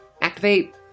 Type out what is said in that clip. activate